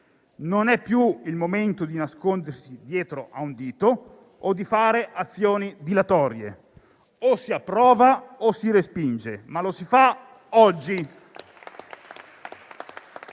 Non è più il momento di nascondersi dietro a un dito o di fare azioni dilatorie: o si approva o si respinge, ma lo si fa oggi